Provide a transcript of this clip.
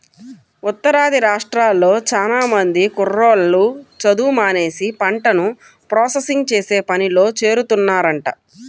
ఉత్తరాది రాష్ట్రాల్లో చానా మంది కుర్రోళ్ళు చదువు మానేసి పంటను ప్రాసెసింగ్ చేసే పనిలో చేరుతున్నారంట